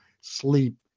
sleep